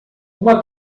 uma